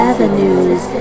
Avenues